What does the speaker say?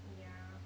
yeah